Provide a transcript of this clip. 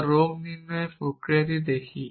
বা রোগ নির্ণয়ের প্রক্রিয়াটি দেখি